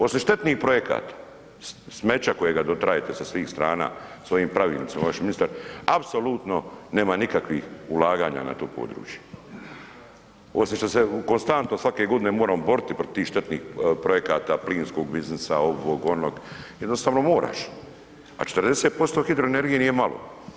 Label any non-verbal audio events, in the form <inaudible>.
Osim štetnih projekata, smeća kojega ... <unintelligible> sa svih strana, svojim Pravilnicima, vaš ministar, apsolutno nema nikakvih ulaganja na to područje, osim što se konstantno svake godine moramo boriti protiv tih štetnih projekata, plinskog biznisa, ovog-onog, jednostavno moraš, a 40% hidroenergije nije malo.